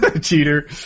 Cheater